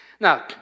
Now